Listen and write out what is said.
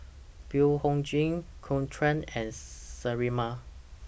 Blephagel Caltrate and Sterimar